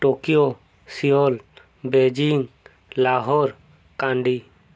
Tokyo Seoul Beijing Lahore Kandi